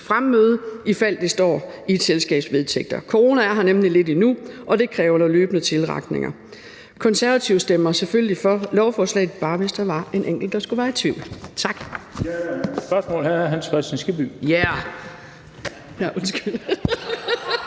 fremmøde, ifald det står i et selskabs vedtægter. Coronaen er her nemlig lidt endnu, og det kræver nogle løbende tilretninger. Konservative stemmer selvfølgelig for lovforslaget – bare hvis der var en enkelt, der skulle være i tvivl. Tak.